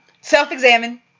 Self-examine